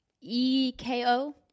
E-K-O